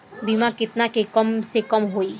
बीमा केतना के कम से कम होई?